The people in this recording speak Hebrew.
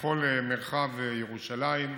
בכל מרחב ירושלים,